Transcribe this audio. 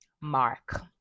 mark